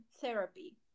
therapy